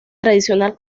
tradicional